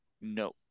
no